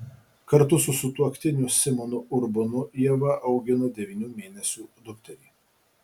kartu su sutuoktiniu simonu urbonu ieva augina devynių mėnesių dukterį